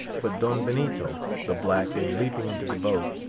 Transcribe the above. but don benito, the black, in leaping into the boat,